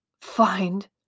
find